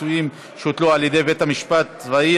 פיצויים שהוטלו על ידי בית משפט צבאי),